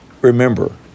remember